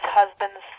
husbands